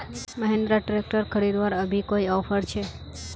Mahindra tractor खरीदवार अभी कोई ऑफर छे?